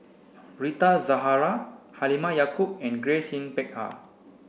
Rita Zahara Halimah Yacob and Grace Yin Peck Ha